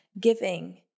giving